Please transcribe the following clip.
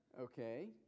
Okay